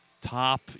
top